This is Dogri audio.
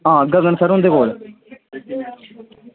आं गगन सर हुंदे कोल